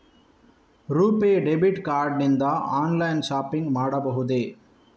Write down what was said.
RuPay debit card ನಿಂದ online shopping ಮಾಡಬಹುದೇ?